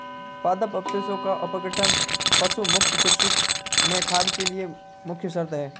पादप अवशेषों का अपघटन पशु मुक्त कृषि में खाद के लिए मुख्य शर्त है